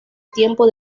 tiempo